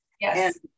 Yes